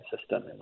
system